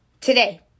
today